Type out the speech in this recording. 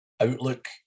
outlook